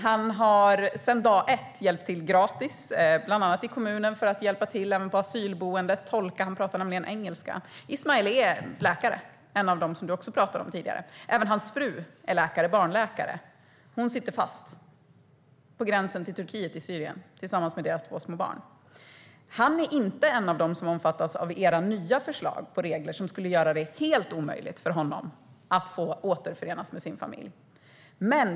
Han har sedan dag ett hjälpt till gratis, bland annat i kommunen, för att hjälpa till, bland annat på asylboendet där han tolkar eftersom han pratar engelska. Ismael är läkare, en av dem som du talade om tidigare. Även hans fru är läkare, barnläkare. Hon sitter fast vid gränsen till Turkiet, i Syrien, tillsammans med deras två små barn. Ismael är inte en av dem som omfattas av era nya förslag på regler som skulle göra det helt omöjligt för honom att återförenas med sin familj.